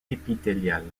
épithéliales